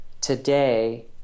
today